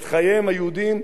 בעשרה חודשים,